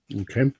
Okay